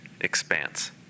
expanse